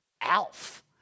Alf